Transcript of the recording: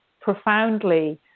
profoundly